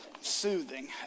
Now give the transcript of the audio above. Soothing